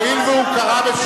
הואיל והוא קרא,